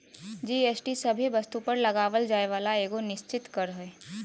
GST सभे वस्तु पर लगावल जाय वाला एगो निश्चित कर हय